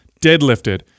deadlifted